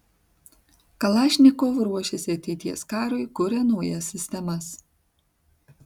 kalašnikov ruošiasi ateities karui kuria naujas sistemas